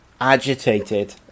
agitated